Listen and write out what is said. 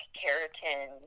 keratin